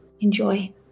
Enjoy